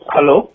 Hello